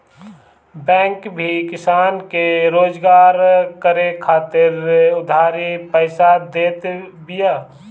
bank भी किसान के रोजगार करे खातिर उधारी पईसा देत बिया